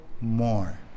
more